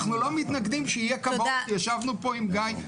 אנחנו לא מתנגדים שיהיה --- ישבנו פה עם גיא.